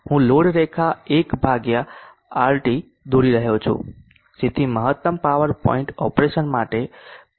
હું લોડ રેખા 1 ભાગ્યા RT દોરી રહ્યો છું જેથી મહત્તમ પાવર પોઇન્ટ ઓપરેશન માટે પેનલને જોવી પડશે